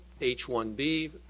H-1B